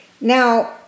Now